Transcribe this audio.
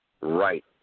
Right